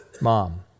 mom